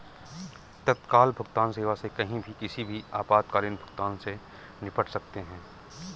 तत्काल भुगतान सेवा से कहीं भी किसी भी आपातकालीन भुगतान से निपट सकते है